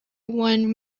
won